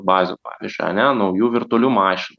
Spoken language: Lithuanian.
bazių pavyzdžiui ane naujų virtualių mašinų